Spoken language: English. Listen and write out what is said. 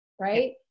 right